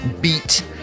beat